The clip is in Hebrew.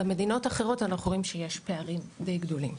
במדינות האחרות אנחנו רואים שיש פערים די גדולים.